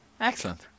Excellent